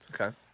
Okay